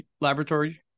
laboratory